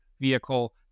vehicle